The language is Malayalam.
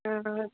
അ ആ